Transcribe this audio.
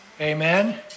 amen